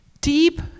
Deep